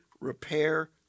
repair